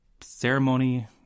ceremony